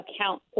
account